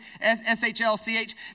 S-H-L-C-H